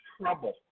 trouble